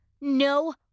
No